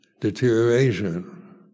deterioration